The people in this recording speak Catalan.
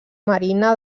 marina